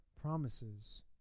promises